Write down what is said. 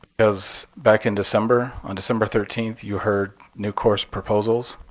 because back in december, on december thirteen, you heard new course proposals.